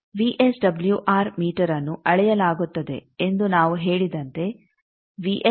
VSWR ಮೀಟರ್ಅನ್ನು ಅಳೆಯಲಾಗುತ್ತದೆ ಎಂದು ನಾವು ಹೇಳಿದಂತೆ ವಿಎಸ್ಡಬ್ಲ್ಯೂಆರ್ 1